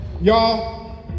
Y'all